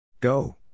Go